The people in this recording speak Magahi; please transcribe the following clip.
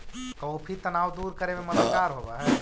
कॉफी तनाव दूर करे में मददगार होवऽ हई